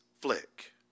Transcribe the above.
flick